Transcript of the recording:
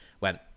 went